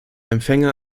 empfänger